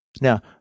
Now